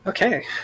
Okay